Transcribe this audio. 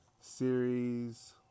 series